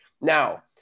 now